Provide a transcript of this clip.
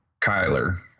Kyler